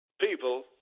people